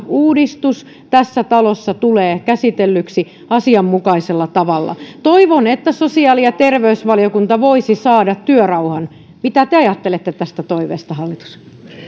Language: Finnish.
uudistus tässä talossa tulee käsitellyksi asianmukaisella tavalla toivon että sosiaali ja terveysvaliokunta voisi saada työrauhan mitä te ajattelette tästä toiveesta hallitus